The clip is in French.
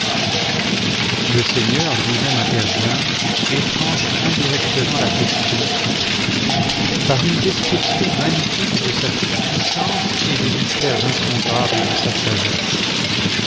le seigneur lui-même intervient et tranche indirectement la question par une descripti n magnifique de sa toute-puissance et des mystères insondables de sa sagesse